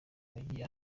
wagiye